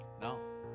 No